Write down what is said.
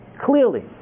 clearly